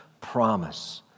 promise